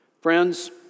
Friends